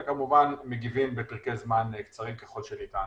וכמובן מגיבים בפרקי זמן קצרים ככל שניתן.